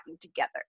together